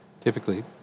typically